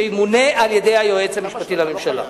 שימונה על-ידי היועץ המשפטי לממשלה.